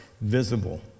visible